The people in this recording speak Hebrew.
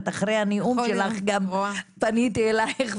נתנה להרבה אנשים להרגיש בושה כאשר הם נמצאים בעוני,